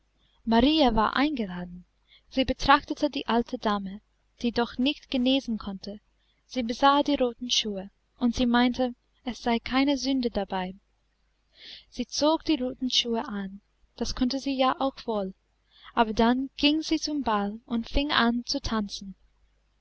marie war eingeladen sie betrachtete die alte dame die doch nicht genesen konnte sie besah die roten schuhe und sie meinte es sei keine sünde dabei sie zog die roten schuhe an das konnte sie ja auch wohl aber dann ging sie zum ball und fing an zu tanzen